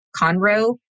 Conroe